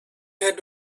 had